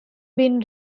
been